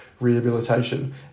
rehabilitation